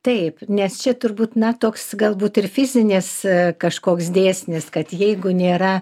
taip nes čia turbūt na toks galbūt ir fizinis kažkoks dėsnis kad jeigu nėra